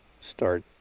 start